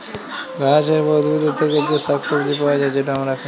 গাহাচের বা উদ্ভিদের থ্যাকে যে শাক সবজি পাউয়া যায়, যেট আমরা খায়